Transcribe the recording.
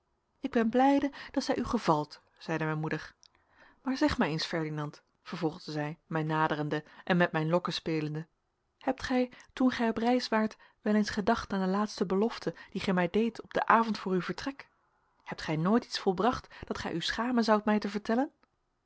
ik ben blijde dat zij u gevalt zeide mijn moeder maar zeg mij eens ferdinand vervolgde zij mij naderende en met mijn lokken spelende hebt gij toen gij op reis waart wel eens gedacht aan de laatste belofte die gij mij deedt op den avond voor uw vertrek hebt gij nooit iets volbracht dat gij u schamen zoudt mij te vertellen